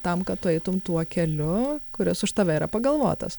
tam kad tu eitumei tuo keliu kuris už tave yra pagalvotas